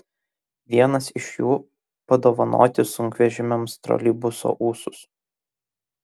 vienas iš jų padovanoti sunkvežimiams troleibuso ūsus